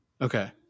Okay